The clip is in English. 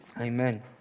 Amen